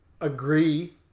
agree